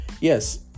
Yes